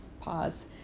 Pause